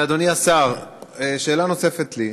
אדוני השר, שאלה נוספת לי: